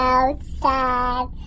outside